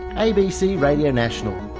abc radio national,